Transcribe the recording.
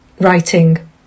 writing